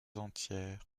entières